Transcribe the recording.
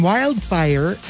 Wildfire